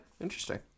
interesting